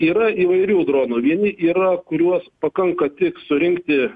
yra įvairių dronų vieni yra kuriuos pakanka tik surinkti